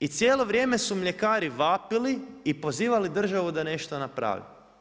I cijelo vrijeme su mljekari vapili i pozivali državu da nešto napravi.